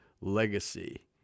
Legacy